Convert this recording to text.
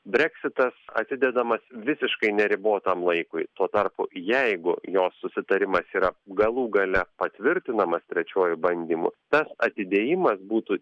breksitas atidedamas visiškai neribotam laikui tuo tarpu jeigu jos susitarimas yra galų gale patvirtinamas trečiuoju bandymu tas atidėjimas būtų